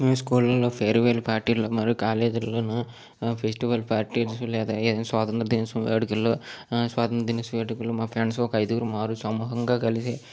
స్కూల్లలో ఫేర్వెల్ పార్టీలలో మరియు కాలేజీల్లోను ఫెస్టివల్ పార్టీస్ లేదా ఏదైన స్వాతంత్ర దినోత్సవ వేడుకల్లో స్వాతంత్ర దినోత్సవ వేడుకలు మా ఫ్రెండ్స్ ఒక అయిదుగురం సమూహంగా కలిసి